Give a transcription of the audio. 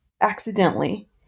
accidentally